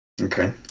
Okay